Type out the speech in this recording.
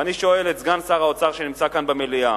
ואני שואל את סגן שר האוצר שנמצא כאן במליאה,